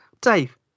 dave